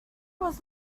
was